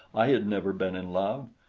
i had never been in love.